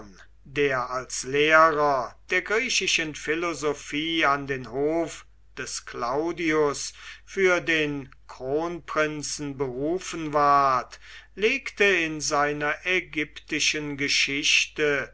der als lehrer der griechischen philosophie an den hof des claudius für den kronprinzen berufen ward legte in seiner ägyptischen geschichte